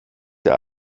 der